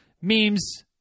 memes